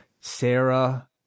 Sarah